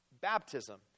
baptism